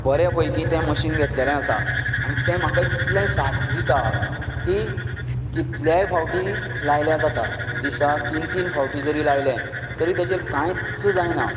बरें पैकी ते मशीन घेतलेलें आसा आनी ते म्हाका इतलें साथ दिता की कितलेंय फावटी लायल्यार जाता दिसाक तीन तीन फावटी जरी लायलें तरी ताचेर कांयच जायना